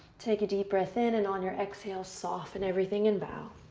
take a deep breath in, and on your exhale, soften everything and bow.